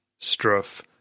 Struff